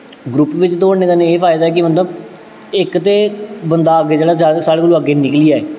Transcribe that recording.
group बिच्च दौड़ने दा इ'नें एह् फायदा ऐ कि मतलब इक ते बंदा अग्गें जेह्ड़ा जाए ते साढ़े कोलूं अग्गें निकली जाए